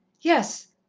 yes,